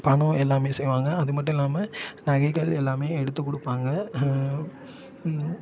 பணம் எல்லாமே செய்வாங்க அது மட்டும் இல்லாமல் நகைகள் எல்லாமே எடுத்து கொடுப்பாங்க